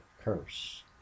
curse